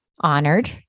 honored